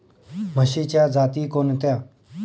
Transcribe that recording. म्हशीच्या जाती कोणत्या?